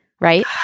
Right